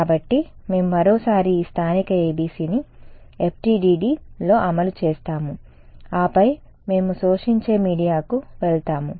కాబట్టి మేము మరోసారి ఈ స్థానిక ABC ని FDTD లో అమలు చేస్తాము ఆపై మేము శోషించే మీడియాకు వెళ్తాము